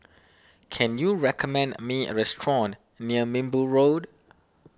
can you recommend me a restaurant near Minbu Road